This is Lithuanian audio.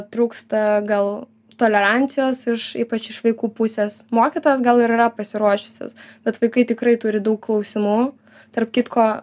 trūksta gal tolerancijos iš ypač iš vaikų pusės mokytojos gal ir yra pasiruošusios bet vaikai tikrai turi daug klausimų tarp kitko